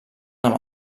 amb